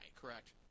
correct